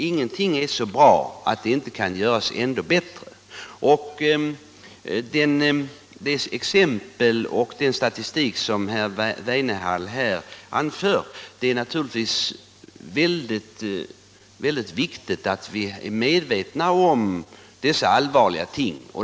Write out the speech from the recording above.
Ingenting är så bra att det inte kan göras ännu bättre, och de exempel och den statistik som herr Weinehall här anför är det naturligtvis väldigt viktigt att vi är medvetna om.